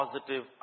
positive